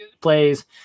plays